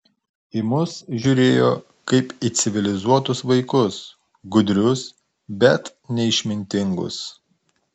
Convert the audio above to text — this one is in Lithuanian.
į mus žiūrėjo kaip į civilizuotus vaikus gudrius bet neišmintingus